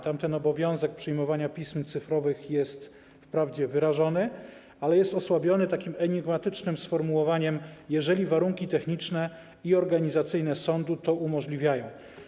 Tam ten obowiązek przyjmowania pism cyfrowych jest wprawdzie wyrażony, ale jest osłabiony takim enigmatycznym sformułowaniem: jeżeli warunki techniczne i organizacyjne sądu to umożliwiają.